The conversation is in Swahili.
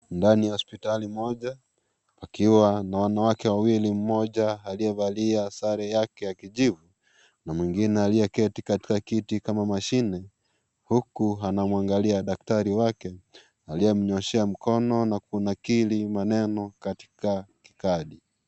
Ndani ya hospitali moja. Akiwa na wanawake wawili. Mmoja aliyevalia sare yake ya kijivu na mwingine aliyeketi katika kiti kama mashine. Huku anamwangalia daktari wake aliyemnyoshea mkono na kunakili maneno kakai.